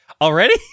already